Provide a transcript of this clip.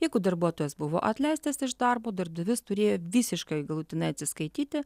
jeigu darbuotojas buvo atleistas iš darbo darbdavys turėjo visiškai galutinai atsiskaityti